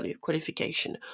qualification